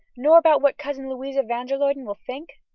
nor about what cousin louisa van der luyden will think?